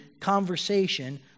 conversation